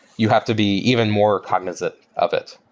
you have to be even more cognizant of it.